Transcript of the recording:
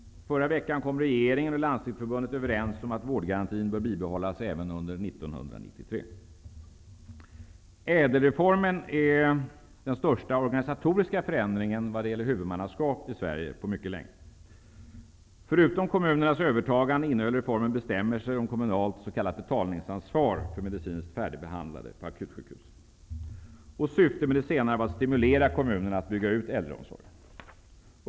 Förra veckan kom regeringen och Landstingsförbundet överens om att vårdgarantin bör bibehållas även under 1993. ÄDEL-reformen är den största organisatoriska förändringen vad gäller huvudmannaskap på mycket länge i Sverige. Förutom kommunernas övertagande innehöll reformen bestämmelser om kommunalt s.k. betalningsansvar för medicinskt färdigbehandlade patienter på akutsjukhusen. Syftet med detta var att stimulera kommunerna att bygga ut äldreomsorgen.